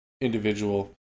individual